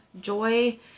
joy